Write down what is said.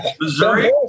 Missouri